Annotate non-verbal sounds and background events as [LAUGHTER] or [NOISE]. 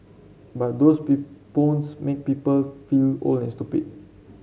but those [UNINTELLIGIBLE] phones make people feel old and stupid